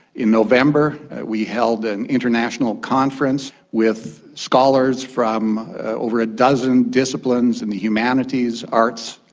in november we held an international conference with scholars from over a dozen disciplines in the humanities, arts,